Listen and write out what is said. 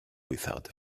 without